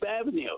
Avenue